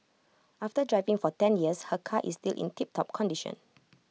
after driving for ten years her car is still in tiptop condition